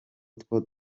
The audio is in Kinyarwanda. utwo